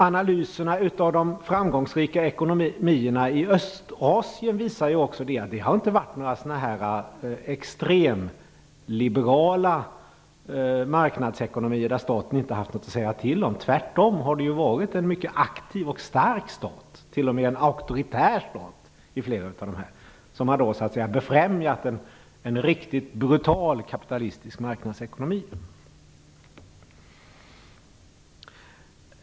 Analyser av de framgångsrika ekonomierna i Östasien visar också att det inte har varit några extremliberala marknadsekonomier där staten inte har haft något att säga till om. Det har ju tvärtom varit en mycket aktiv och stark stat, t.o.m. en auktoritär stat i flera fall, som har befrämjat en riktigt brutal kapitalistisk marknadsekonomi.